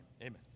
Amen